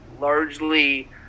largely